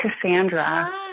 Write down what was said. Cassandra